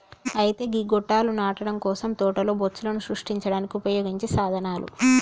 అయితే గీ గొట్టాలు నాటడం కోసం తోటలో బొచ్చులను సృష్టించడానికి ఉపయోగించే సాధనాలు